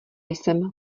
jsem